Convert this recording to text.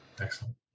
Excellent